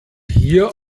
hier